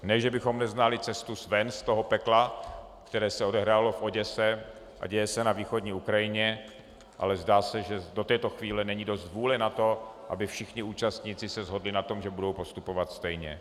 Ne že bychom neznali cestu ven z toho pekla, které se odehrálo v Oděse a děje se na východní Ukrajině, ale zdá se, že do této chvíle není dost vůle na to, aby se všichni účastníci shodli na tom, že budou postupovat stejně.